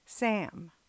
Sam